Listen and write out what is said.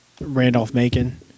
Randolph-Macon